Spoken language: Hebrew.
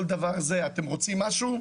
אתם רוצים משהו?